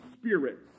spirits